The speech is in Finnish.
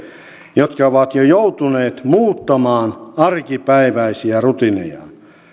jotka ovat jo joutuneet muuttamaan arkipäiväisiä rutiinejaan